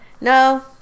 No